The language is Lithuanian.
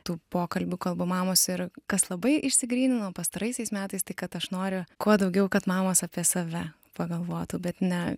tų pokalbių kalba mamos ir kas labai išsigrynino pastaraisiais metais tai kad aš noriu kuo daugiau kad mamos apie save pagalvotų bet ne